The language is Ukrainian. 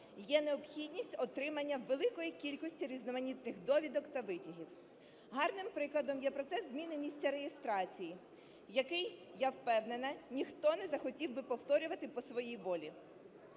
є необхідність отримання великої кількості різноманітних довідок та витягів. Гарним прикладом є процес зміни місця реєстрації, який, я впевнена, ніхто не захотів би повторювати по своїй волі.